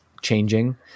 changing